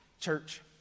church